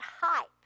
hype